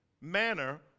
manner